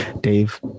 Dave